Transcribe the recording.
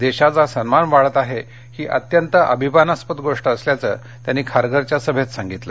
देशाचा सन्मान वाढत आहे ही अत्यंत अभिमानास्पद गोष्ट असल्याचं त्यांनी खारघरच्या सभेत सांगितलं